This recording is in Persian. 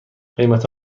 قیمت